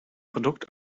produkt